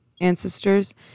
ancestors